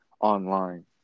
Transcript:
online